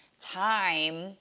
time